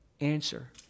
answer